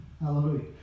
Hallelujah